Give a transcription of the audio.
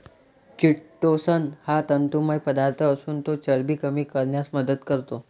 chitosan हा तंतुमय पदार्थ असून तो चरबी कमी करण्यास मदत करतो